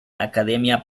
academia